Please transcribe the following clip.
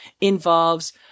involves